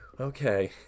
Okay